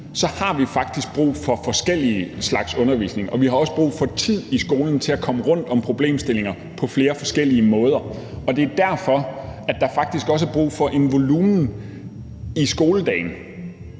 vi faktisk brug for forskellige former for undervisning, og vi har også brug for tid i skolen til at komme rundt om problemstillinger på flere forskellige måder. Det er derfor, der faktisk også er brug for en volumen i skoledagen.